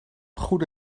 goede